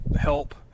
help